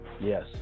Yes